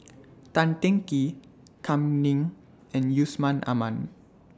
Tan Teng Kee Kam Ning and Yusman Aman